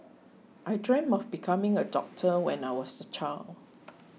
I dreamt of becoming a doctor when I was a child